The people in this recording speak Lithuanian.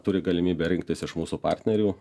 turi galimybę rinktis iš mūsų partnerių